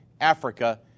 Africa